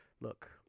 Look